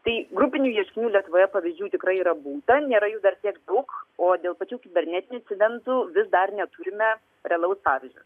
tai grupinių ieškinių lietuvoje pavyzdžių tikrai yra būta nėra jų dar tiek daug o dėl pačių kibernetinių incidentų vis dar neturime realaus pavyzdžio